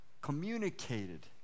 communicated